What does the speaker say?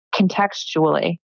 contextually